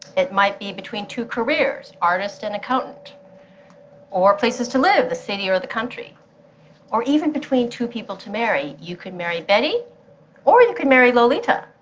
it might be between two careers artist and accountant or places to live the city or the country or even between two people to marry you could marry betty or you could marry lolita.